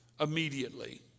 immediately